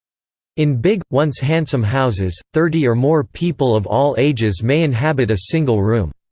in big, once handsome houses, thirty or more people of all ages may inhabit a single room.